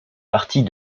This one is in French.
partie